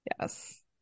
yes